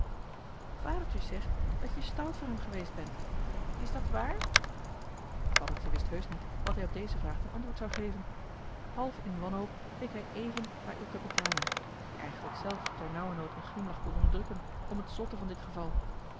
vadertje zegt dat je stout voor hem geweest bent is dat waar paddeltje wist heusch niet wat hij op deze vraag ten antwoord zou geven half in wanhoop keek hij éven naar il capitano die eigenlijk zelf ternauwernood een glimlach kon onderdrukken om het zotte van dit geval